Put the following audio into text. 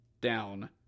down